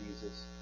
Jesus